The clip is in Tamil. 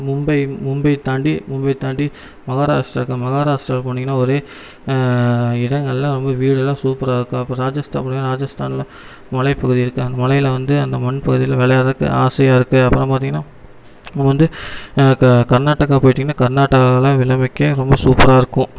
மும்பை மும்பையை தாண்டி மும்பையை தாண்டி மஹாராஷ்ட்ரா இருக்கு மஹாராஷ்ட்ரா போனீங்கன்னா ஒரே இடங்கள்லாம் ரொம்ப வீடெல்லாம் சூப்பராக இருக்கும் அப்புறம் ராஜஸ்தான் போனீங்கன்னா ராஜஸ்தானில் மலைப்பகுதி இருக்கு அங்கே மலையில வந்து அந்த மண்பகுதியில் விளையாட்றக்கு ஆசையாக இருக்கு அப்புறம் பார்த்தீங்கன்னா நம்ம வந்து க கர்நாடகா போயிட்டிங்கன்னா கர்நாட்டகாலலாம் விலைமிக்க ரொம்ப சூப்பராக இருக்கும்